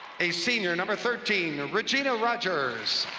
a senior number thirteen, regina rogers.